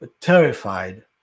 terrified